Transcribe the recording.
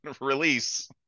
Release